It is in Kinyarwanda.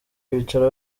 kwicara